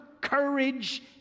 courage